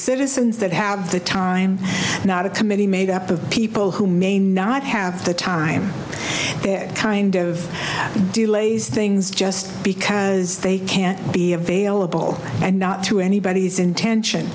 citizens that have the time not a committee made up of people who may not have the time that kind of delays things just because they can't be available and not to anybody's intention